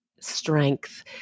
strength